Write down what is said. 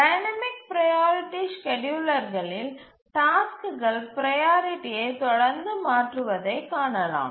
dynamic priority ஸ்கேட்யூலர்களில் டாஸ்க்குகள் ப்ரையாரிட்டியை தொடர்ந்து மாற்றுவதை காணலாம்